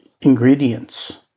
ingredients